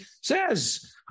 says